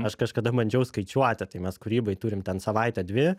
aš kažkada bandžiau skaičiuoti tai mes kūrybai turim ten savaitę dvi